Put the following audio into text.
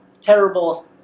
terrible